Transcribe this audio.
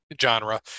genre